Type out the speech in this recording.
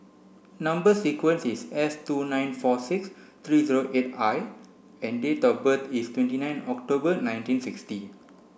number sequence is S two nine four six three zero eight I and date of birth is twenty nine October nineteen sixty